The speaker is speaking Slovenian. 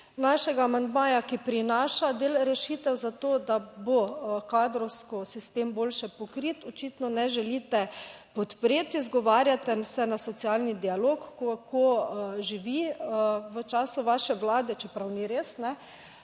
Našega amandmaja, ki prinaša del rešitev za to, da bo kadrovsko sistem boljše pokrit očitno ne želite podpreti. Izgovarjate se na socialni dialog, ko živi v času vaše Vlade, čeprav ni res.